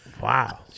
Wow